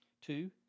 Two